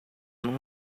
não